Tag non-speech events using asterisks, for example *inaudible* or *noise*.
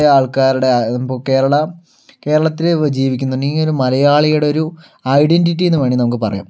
ആള്ക്കാരുടെ ആകുമ്പോൾ കേരള കേരളത്തില് ജീവിക്കുന്ന *unintelligible* മലയാളിയുടെ ഒരു ഐഡെന്റിറ്റി എന്ന് വേണേൽ നമുക്ക് പറയാം